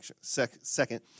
second